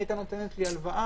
היא הייתה נותנת לי הלוואה.